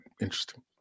interesting